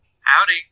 Howdy